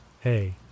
hey